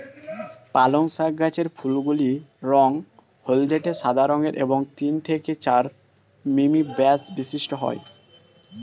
পালং শাক গাছের ফুলগুলি রঙ হলদেটে সাদা রঙের এবং তিন থেকে চার মিমি ব্যাস বিশিষ্ট হয়